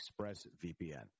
ExpressVPN